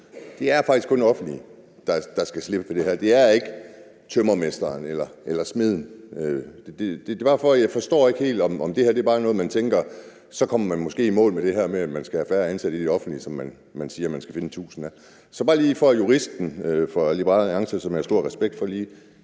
at det faktisk kun er det offentlige, der skal slippe for det her; det er ikke tømrermesteren eller smeden. Det er bare, fordi jeg ikke helt forstår, om det her bare er noget, hvor man tænker, at så kommer man måske i mål med det her med, at man skal have færre ansatte i det offentlige, som man siger at man skal finde 1.000 af. Så det er bare lige, for at juristen fra Liberal Alliance, som jeg har stor respekt for,